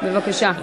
בבקשה.